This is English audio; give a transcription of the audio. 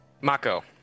Mako